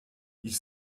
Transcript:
ils